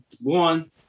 one